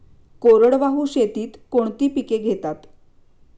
कोरडवाहू शेतीत कोणती पिके घेतात?